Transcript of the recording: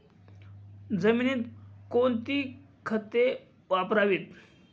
जमिनीत कोणती खते वापरावीत?